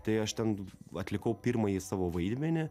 tai aš ten atlikau pirmąjį savo vaidmenį